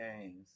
Games